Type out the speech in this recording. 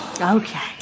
Okay